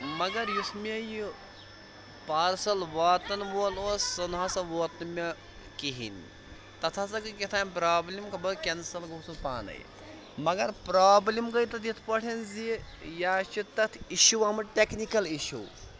مگر یُس مےٚ یہِ پارسَل واتَن وول اوس سُہ نہٕ ہسا ووت نہٕ مےٚ کِہیٖنۍ تَتھ ہسا گٔے کیٚاہ تام پرٛابلِم خبر کٮ۪نسَل گوٚو سُہ پانَے مگر پرابلِم گٔے تَتھ یِتھ پٲٹھۍ زِ یا چھِ تَتھ اِشوٗ آمُت ٹٮ۪کنِکَل اِشوٗ